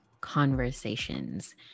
conversations